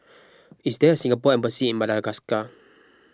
is there Singapore Embassy in Madagascar